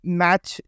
match